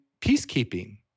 peacekeeping